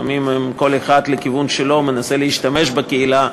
לפעמים כל אחד מנסה להשתמש בקהילה